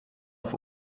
auf